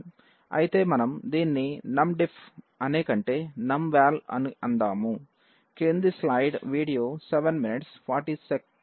అయితే మనం దీన్ని numDiff అనేకంటే numVal అని అందాము